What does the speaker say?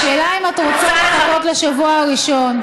השאלה אם את רוצה לחכות לשבוע הראשון,